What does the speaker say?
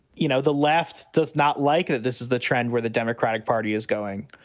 you know, the left does not like that. this is the trend where the democratic party is going.